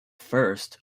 first